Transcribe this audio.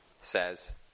says